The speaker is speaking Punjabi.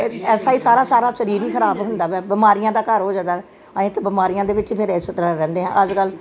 ਐਸਾ ਹੀ ਸਾਰਾ ਸਾਰਾ ਸਰੀਰ ਹੀ ਖਰਾਬ ਹੁੰਦਾ ਪਿਆ ਬਿਮਾਰੀਆਂ ਦਾ ਘਰ ਹੋ ਜਾਦਾ ਅਹੀਂ ਤੇ ਬਿਮਾਰੀਆਂ ਦੇ ਵਿੱਚ ਫਿਰ ਇਸ ਤਰਾਂ ਰਹਿੰਦੇ ਆਂ ਅੱਜ ਕੱਲ